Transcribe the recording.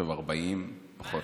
30 יום.